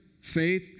faith